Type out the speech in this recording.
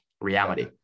reality